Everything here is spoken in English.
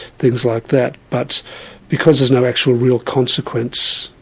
things like that. but because there's no actual real consequence,